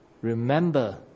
remember